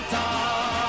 time